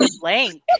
blank